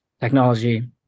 Technology